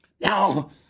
Now